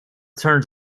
turns